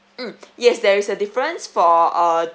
mm yes there is a difference for uh